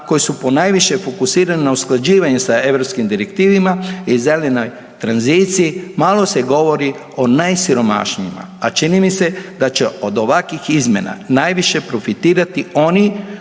koje su ponajviše fokusirane na usklađivanje sa europskim direktivama i zelenoj tranziciji malo se govori o najsiromašnijima, a čini mi se da će od ovakvih izmjena najviše profitirati oni